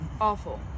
Awful